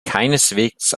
keineswegs